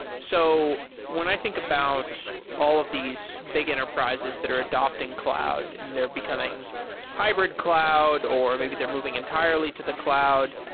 so when i think about all of these big enterprises that are adapting cloud and they're becoming hybrid cloud or maybe they're moving entirely to the cloud,